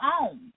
own